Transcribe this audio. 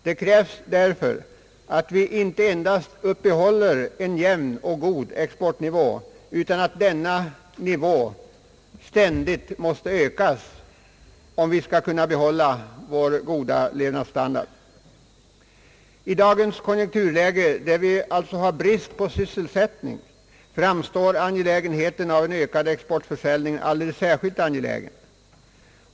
Det krävs därför inte endast att vi uppehåller en jämn och god exportnivå, utan också att denna nivå ständigt ökar, om vi skall kunna behålla vår höga levnadsstandard. I dagens konjunkturläge, där det råder brist på sysselsättningsmöjligheter, är det alldeles särskilt angeläget att öka exportförsäljningen.